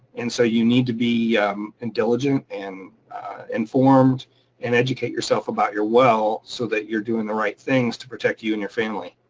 and so you need to be diligent and informed and educate yourself about your well, so that you're doing the right things to protect you and your family.